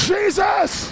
Jesus